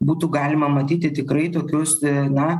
būtų galima matyti tikrai tokius na